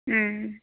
ও